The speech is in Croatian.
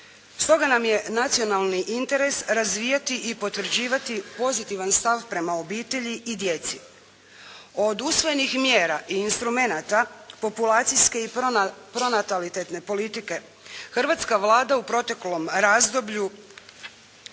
Stoga nam je nacionalni interes razvijati i potvrđivati pozitivan stav prema obitelji i djeci. Od usvojenih mjera i instrumenata populacijske i pronatalitetne politike hrvatska Vlada u proteklom razdoblju